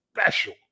special